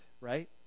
right